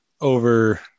over